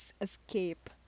escape